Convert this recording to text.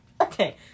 Okay